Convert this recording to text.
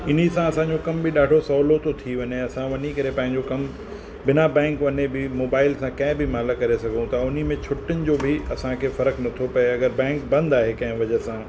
इन्हीअ सां असांजो कमु बि ॾाढो सवलो थो थी वञे असां वञी करे पंहिंजो कमु बिना बैंक वञे बि मोबाइल सां कंहिं बि माल्हि करे सघूं था उन्हीअ में छुट्टियुनि जो बि असांखे फ़र्क़ु नथो पिए अगरि बैंक बंदि आहे कंहिं वजह सां